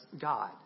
God